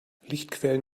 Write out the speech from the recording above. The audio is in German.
lichtquellen